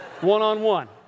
one-on-one